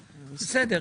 בסדר.